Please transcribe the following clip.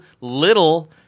little